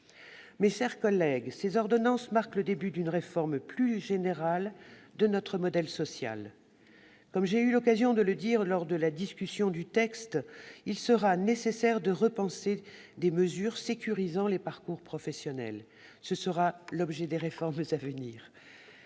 Mes chers collègues, ces ordonnances marquent le début d'une réforme plus générale de notre modèle social. Comme j'ai eu l'occasion de le dire lors de la discussion du texte en première lecture, il sera nécessaire de repenser des mesures sécurisant les parcours professionnels. Ce sera l'objet des réformes à venir,